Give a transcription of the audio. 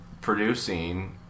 producing